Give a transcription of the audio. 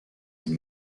une